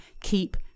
keep